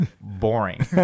boring